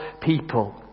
people